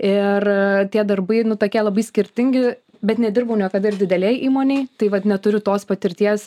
ir tie darbai nu tokie labai skirtingi bet nedirbau niekada ir didelėj įmonėj tai vat neturiu tos patirties